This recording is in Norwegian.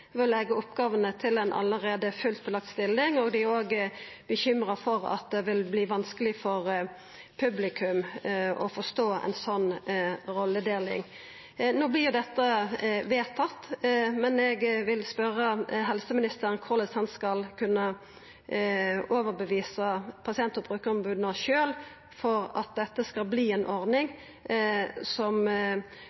ved å leggja oppgåvene til ei allereie fullt dekt stilling, og dei er òg bekymra for at det vil verta vanskeleg for publikum å forstå ei slik rolledeling. No vert dette vedtatt, men eg vil spørja helseministeren korleis han skal kunne overtyda pasient- og brukaromboda sjølve om at dette skal verta ei ordning